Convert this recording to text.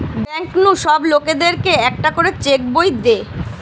bank নু সব লোকদের কে একটা করে চেক বই দে